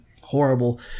horrible